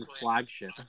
Flagship